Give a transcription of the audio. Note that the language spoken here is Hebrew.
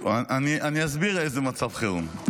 --- אני אסביר איזה מצב חירום.